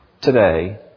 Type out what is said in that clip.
today